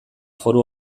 foru